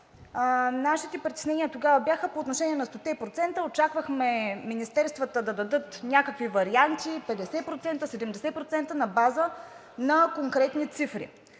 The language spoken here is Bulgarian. нашите притеснения тогава бяха по отношение на стоте процента. Очаквахме министерствата да дадат някакви варианти – 50%, 70%, на база на конкретни цифри.